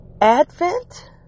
advent